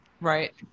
right